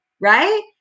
right